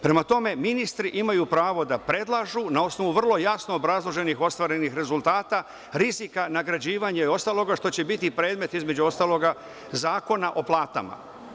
Prema tome, ministri imaju pravo da predlažu na osnovu vrlo jasno obrazloženih ostvarenih rezultata, rizika nagrađivanja i ostalo, što će biti predmet, između ostalog, Zakona o platama.